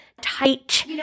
tight